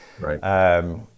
Right